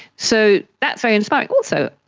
so that's very inspiring. also,